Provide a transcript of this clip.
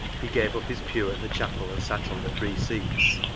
he gave up his pew at the chapel, and sat on the free seats.